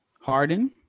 Harden